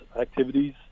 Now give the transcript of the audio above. activities